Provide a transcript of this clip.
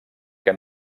que